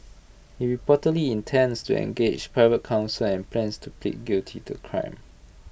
he reportedly intends to engage private counsel and plans to plead guilty to crime